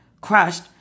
crushed